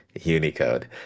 Unicode